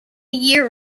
year